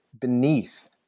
beneath